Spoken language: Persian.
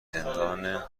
زندان